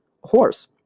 horse